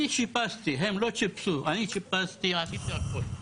אני שיפצתי, הם לא שיפצו, אני שיפצתי ועשיתי הכול.